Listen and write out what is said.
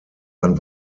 ein